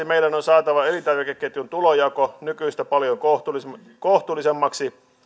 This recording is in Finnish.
meidän on saatava elintarvikeketjun tulonjako nykyistä paljon kohtuullisemmaksi kohtuullisemmaksi